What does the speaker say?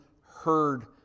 heard